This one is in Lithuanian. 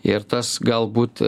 ir tas galbūt